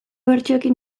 bertsioekin